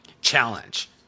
Challenge